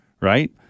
right